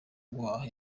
kubaha